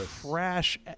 trash